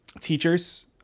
teachers